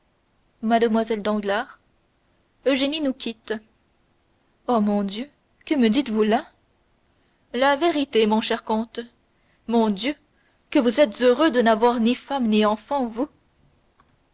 mlle danglars eugénie nous quitte oh mon dieu que me dites-vous là la vérité mon cher comte mon dieu que vous êtes heureux de n'avoir ni femme ni enfant vous